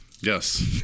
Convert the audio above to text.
Yes